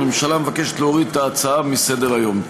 הממשלה מבקשת להוריד את ההצעה מסדר-היום.